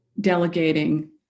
delegating